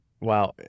Wow